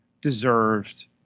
deserved